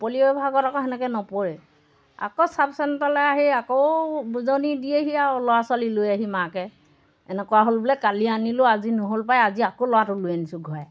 polio এভাগত আকৌ তেনেকৈ নপৰে আকৌ চাব চেণ্টাৰলৈ আহি আকৌ বুজনি দিয়েহি আৰু ল'ৰা ছোৱালী লৈ আহি মাকে এনেকুৱা হ'ল বোলে কালি আনিলোঁ আজি নহ'ল পায় আজি আকৌ ল'ৰাটোক লৈ আনিছোঁ ঘূৰাই